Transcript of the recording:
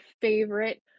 favorite